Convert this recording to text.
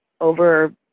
over